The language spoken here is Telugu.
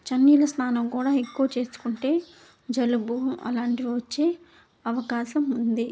చలల నీళ్ళ స్నానం కూడా ఎక్కువ చేసుకుంటే జలుబు అలాంటివి వచ్చే అవకాశం ఉంది